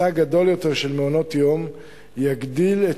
היצע גדול יותר של מעונות-יום יגדיל את